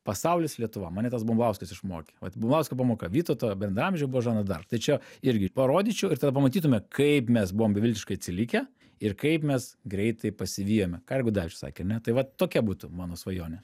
pasaulis lietuva mane tas bumblauskas išmokė vat bumblausko pamoka vytauto bendraamžė buvo žana dark tai čia irgi parodyčiau ir tada pamatytume kaip mes buvom beviltiškai atsilikę ir kaip mes greitai pasivijome ką ir gudavičius sakė ane tai vat tokia būtų mano svajonė